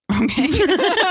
Okay